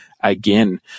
again